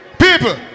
People